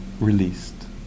released